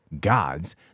gods